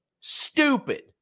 stupid